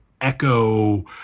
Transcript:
echo